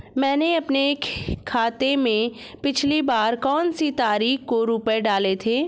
मैंने अपने खाते में पिछली बार कौनसी तारीख को रुपये डाले थे?